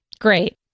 Great